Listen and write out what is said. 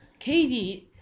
KD